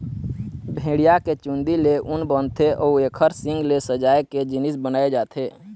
भेड़िया के चूंदी ले ऊन बनथे अउ एखर सींग ले सजाए के जिनिस बनाए जाथे